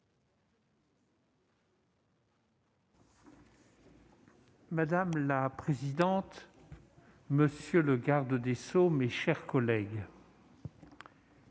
Madame la présidente, monsieur le garde des sceaux, mes chers collègues,